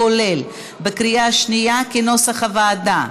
כולל, בקריאה שנייה, כנוסח הוועדה.